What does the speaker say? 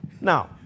Now